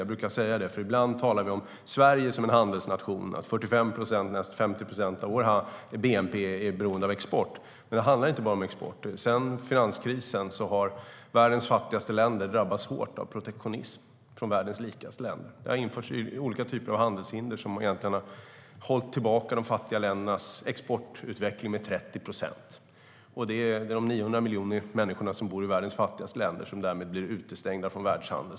Jag brukar säga det eftersom vi ibland talar om Sverige som en handelsnation, om att 45-50 procent av vår bnp är beroende av export. Men det handlar inte bara om export. Sedan finanskrisen har världens fattigaste länder drabbats hårt av protektionism från världens rikaste länder. Olika typer av handelshinder har införts, vilket har hållit tillbaka de fattiga ländernas exportutveckling med 30 procent. 900 miljoner människor som bor i världens fattigaste länder blir därmed utestängda från världshandeln.